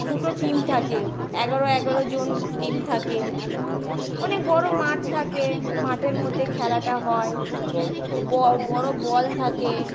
দুটো টিম থাকে এগারো এগারো জন টিম থাকে অনেক বড় মাঠ থাকে মাঠের মধ্যে খেলাটা হয় বড় বল থাকে